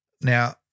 Now